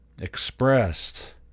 expressed